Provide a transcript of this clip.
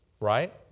right